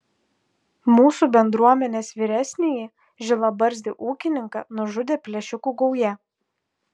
mūsų bendruomenės vyresnįjį žilabarzdį ūkininką nužudė plėšikų gauja